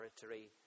territory